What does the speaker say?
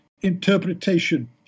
interpretation